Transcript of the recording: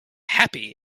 happy